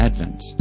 Advent